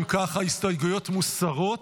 אם כך, ההסתייגויות מוסרות.